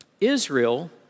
Israel